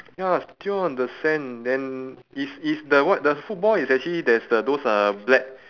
yaya still on the sand then it's it's the what the football is actually there's the those uh black